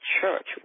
church